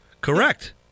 correct